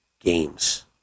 games